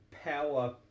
power